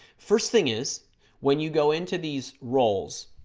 first thing is when you go into these roles